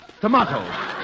Tomatoes